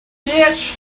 dish